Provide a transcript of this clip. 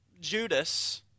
Judas